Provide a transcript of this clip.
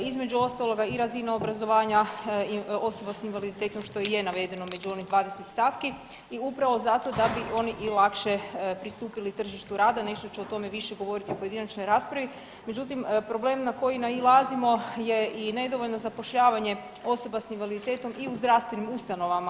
Između ostaloga i razina obrazovanja osoba s invaliditetom što i je navedeno među onih 20 stavki i upravo zato da bi oni i lakše pristupili tržištu rada, nešto ću o tome više govoriti u pojedinačnoj raspravi, međutim problem na koji nailazimo je i nedovoljno zapošljavanje osoba sa invaliditetom i u zdravstvenim ustanovama.